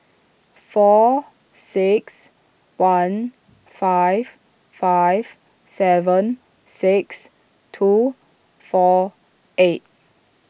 four six one five five seven six two four eight